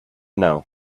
know